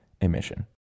emission